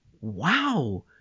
wow